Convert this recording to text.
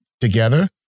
together